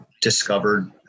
discovered